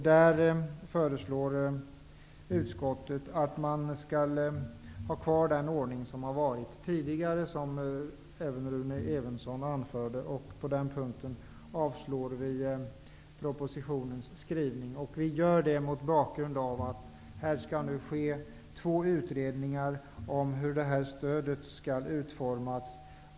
Där föreslår utskottet att man skall ha kvar den ordning som tidigare har gällt. Det ansåg även Rune Evensson. På den punkten avstyrker utskottet propositionen mot bakgrund av att här skall ske två utredningar av hur stödet skall utformas.